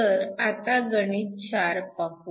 तर आता गणित 4 पाहू